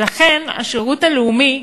ולכן השירות הלאומי,